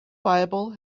bible